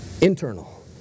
Internal